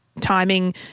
timing